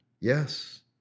Yes